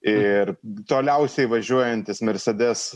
ir toliausiai važiuojantis mercedes